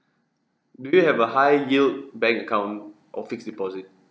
do you have a high yield bank account or fixed deposit